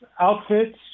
outfits